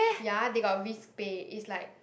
ya they got risk pay it's like